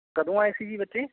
ਕਦੋਂ ਆਏ ਸੀ ਜੀ ਬੱਚੇ